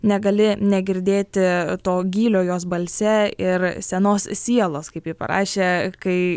negali negirdėti to gylio jos balse ir senos sielos kaip ji parašė kai